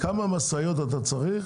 כמה משאיות אתה צריך